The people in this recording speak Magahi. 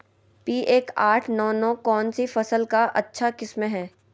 पी एक आठ नौ नौ कौन सी फसल का अच्छा किस्म हैं?